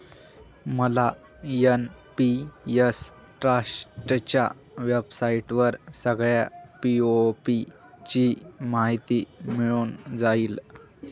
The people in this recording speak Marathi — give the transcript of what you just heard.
मला एन.पी.एस ट्रस्टच्या वेबसाईटवर सगळ्या पी.ओ.पी ची माहिती मिळून जाईल